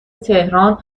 تهران